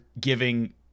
giving